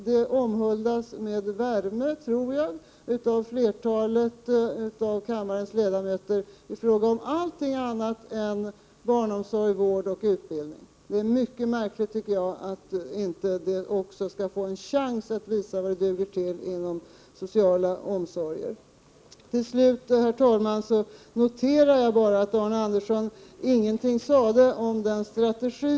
Den omhuldas med värme, tror jag, av flertalet av kammarens ledamöter i fråga om allting annat än barnomsorg, vård och utbildning. Det är mycket märkligt att man inte genom konkurrens skall få en chans att visa vad man duger till också inom de sociala omsorgerna. Till slut, herr talman, noterar jag att Arne Andersson ingenting sade om den strategi som socialdemokraterna måste skaffa sig framöver för att undvika det val mellan pest och kolera som man annars hamnar i.